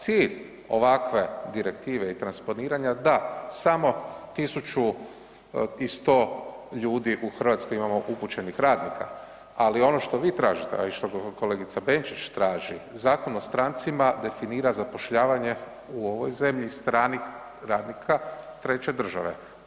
Cilj ovakve direktive i transportiranja, da, samo 1100 ljudi u Hrvatskoj imamo upućenih radnika, ali ono što vi tražite, a i što kolegica Benčić traži Zakon o strancima definira zapošljavanje u ovoj zemlji stranih radnika treće države.